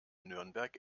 nürnberg